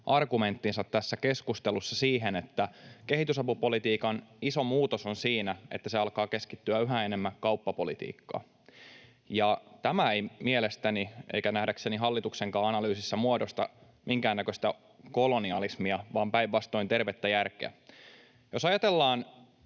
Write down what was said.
argumenttinsa tässä keskustelussa siihen, että kehitysapupolitiikan iso muutos on siinä, että se alkaa keskittyä yhä enemmän kauppapolitiikkaan. Tämä ei mielestäni eikä nähdäkseni hallituksenkaan analyysissä muodosta minkäännäköistä kolonialismia vaan päinvastoin tervettä järkeä. Jos ajatellaan